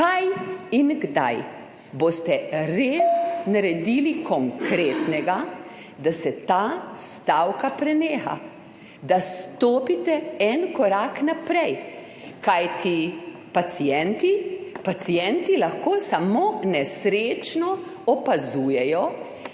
in kdaj boste naredili nekaj res konkretnega, da se ta stavka preneha, da stopite en korak naprej? Kajti pacienti lahko samo nesrečno opazujejo,